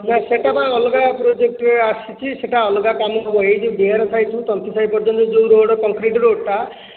ନା ସେହିଟା ପା ଅଲଗା ପ୍ରୋଜେକ୍ଟ ରେ ଆସିଛି ସେହିଟା ଅଲଗା କାମ ହେବ ଏହି ଯେଉଁ ବେହେରା ସାହି ରୁ ତନ୍ତୀ ସାହି ପର୍ଯ୍ୟନ୍ତ ଯେଉଁ ରୋଡ଼ କଂକ୍ରିଟ ରୋଡ଼ ଟା